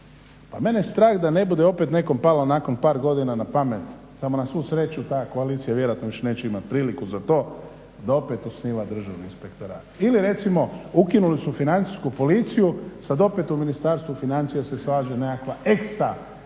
Pa mene je strah da ne bude opet nekom palo nakon par godina na pamet, samo na svu sreću ta koalicija vjerojatno već neće imati priliku za to da opet osniva državni inspektorat. Ili recimo ukinuli smo financijsku policiju. Sad opet u Ministarstvu financija se slaže nekakva ekstra kontrolni